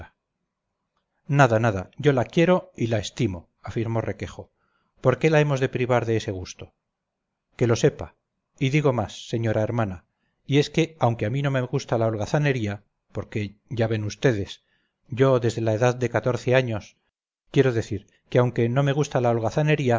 nada nada yo la quiero y la estimo afirmó requejo por qué la hemos de privar de ese gusto que lo sepa y digo más señora hermana y es que aunque a mí no me gusta la holgazanería porque ya ven vds yo desde la edad de catorce años quiero decir que aunque no me gusta la